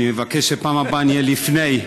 אני מבקש שבפעם הבאה אני אהיה לפני.